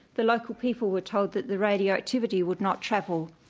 the local people were told that the radioactivity would not travel.